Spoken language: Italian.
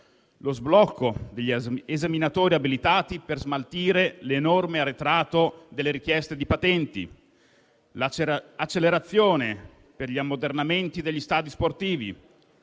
lo sblocco degli esaminatori abilitati per smaltire l'enorme arretrato delle richieste di patenti; l'accelerazione per gli ammodernamenti degli stadi sportivi;